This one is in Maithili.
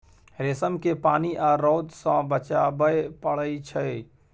रेशम केँ पानि आ रौद सँ बचाबय पड़इ छै